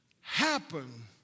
happen